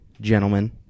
gentlemen